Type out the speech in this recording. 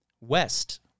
West